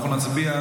הלאומי,